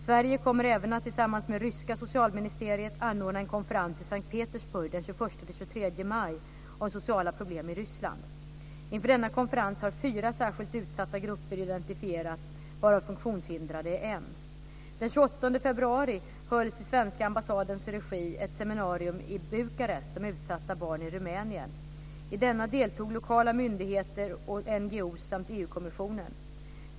Sverige kommer även att, tillsammans med det ryska socialministeriet, anordna en konferens i S:t Petersburg den 21-23 maj om sociala problem i Ryssland. Inför denna konferens har fyra särskilt utsatta grupper identifierats, varav funktionshindrade är en. Den 28 februari hölls, i svenska ambassadens regi, ett seminarium i Bukarest om utsatta barn i Rumänien. I detta deltog lokala myndigheter och NGO-er samt EU-kommissionen.